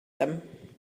them